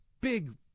big